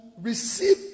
receive